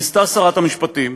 ניסתה שרת המשפטים,